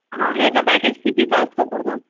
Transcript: हां ह्याचं पॅकेज कितीचा असतो पूर्ण